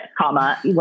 comma